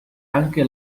anche